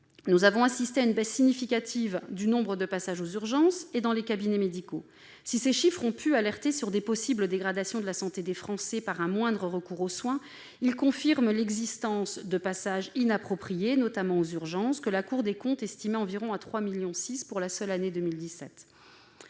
nous avons assisté à une baisse significative du nombre de passages aux urgences et dans les cabinets médicaux. Si ces chiffres ont pu alerter sur de possibles dégradations de la santé des Français par un moindre recours aux soins, il confirme l'existence de passages inappropriés, notamment aux urgences- la Cour des comptes les a estimés à environ 3,6 millions pour la seule année 2017.